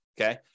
Okay